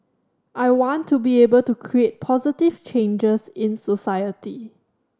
I want to be able to create positive changes in society